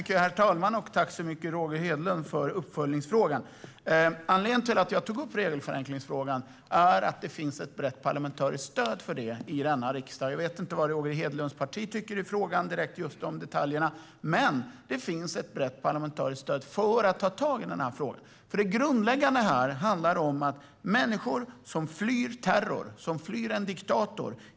Herr talman! Tack, Roger Hedlund, för uppföljningsfrågan! Anledningen till att jag tar upp frågan om regelförenklingar är att det finns ett brett parlamentariskt stöd för det i denna riksdag. Jag vet inte vad Roger Hedlunds parti tycker i frågan i detalj, men det finns ett brett parlamentariskt stöd för att ta tag i den. Det grundläggande handlar om att människor flyr från terror, flyr från en diktator.